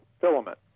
filament